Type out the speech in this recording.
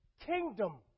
kingdom